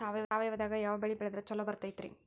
ಸಾವಯವದಾಗಾ ಯಾವ ಬೆಳಿ ಬೆಳದ್ರ ಛಲೋ ಬರ್ತೈತ್ರಿ?